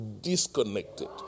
disconnected